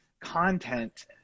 content